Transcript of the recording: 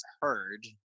heard